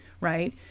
right